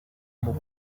impano